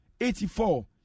eighty-four